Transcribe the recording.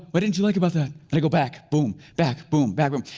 what didn't you like about that? and i go back boom, back boom, back boom.